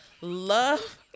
Love